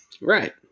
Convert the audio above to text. right